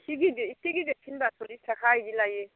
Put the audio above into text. एसे गिदिर एसे गिदिरसिनबा सरलिस थाखा बिदि लायो